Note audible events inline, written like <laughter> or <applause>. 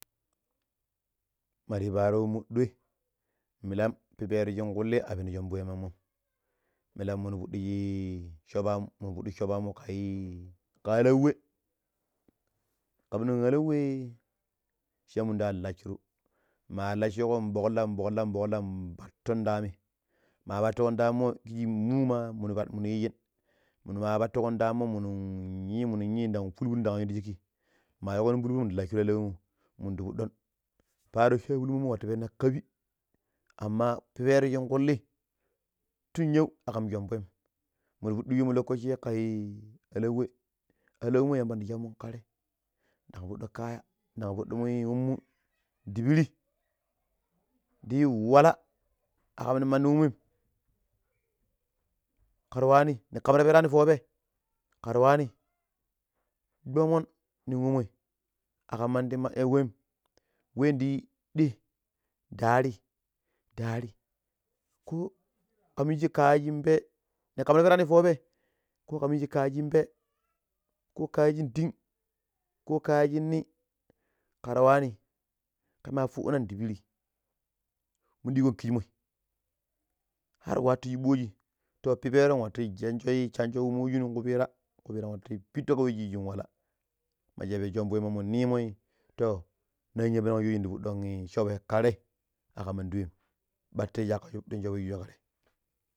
Mari yu paaro wemmo dai, milam pipero shunkulli a pino shonvo wemammom. Milam minu fuddiji soba mu minu fuddiji soba mu kai alaw we <noise> kam nin alaw we shan munda lacuru, ma lasigo nbolla nbolla nbaton ta amii ma patiƙƙon ta ammo kiji muuma mimu yijin mimu ma patikon ta ammoi minu yi nda yi ful. Fullu ndan yun ti shiƙƙi ma yikko min ful- fullda lashurun alowanmo minu ndi fuddon. Paaro sabulu mo watu penna ka pi. Amma pipero shikkuli tun yo akan shonvom. Minu fudiji wemu lokaci kan alau we alau mo yamba ndi saumun kate ndan fudo kaya ndan fudomoi wemmo <noise> ndi piri ndi wala a kam min mani womoi kar waarwani kar waami toomon min womoi akam mandi wem we ndi dii nda ari nda ari ko ka minji kaya shin pee <noise> ko ka minji kaya shin pee ko kaya shin din ko kaya shin ni kar wani kama fuddina ndi piri minu diikon kishi moi har wato yo booji.to Pipero nwattu gengoi chanjo weju nin kupira. Kupira nwattu pittu ka wai shin wala maja shonvomo nimao? To naanya penan ndi fuddon shooba kate akan mandi wem bar tei shi aka fuddon shoobe kate.